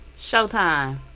Showtime